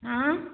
ହଁ